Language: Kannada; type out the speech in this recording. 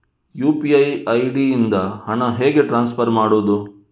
ಯು.ಪಿ.ಐ ಐ.ಡಿ ಇಂದ ಹಣ ಹೇಗೆ ಟ್ರಾನ್ಸ್ಫರ್ ಮಾಡುದು?